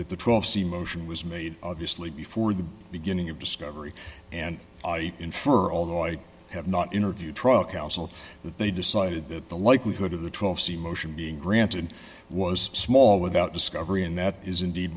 that the twelve c motion was made obviously before the beginning of discovery and i infer although i have not interviewed truck counsel that they decided that the likelihood of the twelve c motion being granted was small without discovery and that is indeed